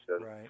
Right